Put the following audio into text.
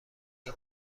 این